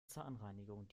zahnreinigung